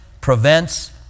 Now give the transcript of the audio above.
prevents